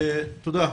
תודה.